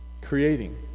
creating